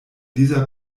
dieser